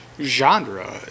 Genre